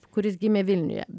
kuris gimė vilniuje